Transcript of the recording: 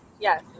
Yes